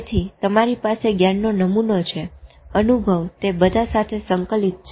તેથી તમારી પાસે જ્ઞાનનો નમુનો છે અનુભવ તે બધા સાથે સંકલિત છે